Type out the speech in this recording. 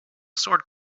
sword